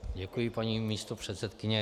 Děkuji, paní místopředsedkyně.